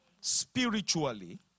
spiritually